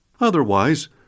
Otherwise